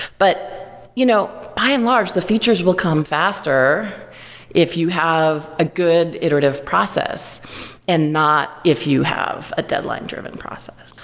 but you know by and large, the features will come faster if you have a good iterative process and not if you have a deadline-driven process.